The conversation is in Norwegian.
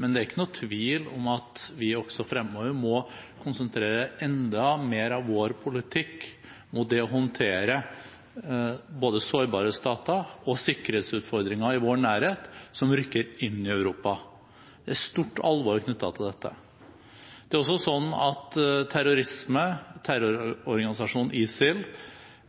men det er ikke noen tvil om at vi også fremover må konsentrere enda mer av vår politikk mot det å håndtere både sårbare stater og sikkerhetsutfordringer i vår nærhet som rykker inn i Europa. Det er stort alvor knyttet til dette. Det er også sånn at terrorisme, terrororganisasjonen ISIL